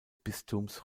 bistums